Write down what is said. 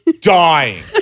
Dying